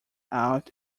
out